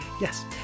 yes